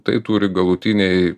tai turi galutinėj